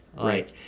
Right